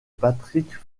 patrick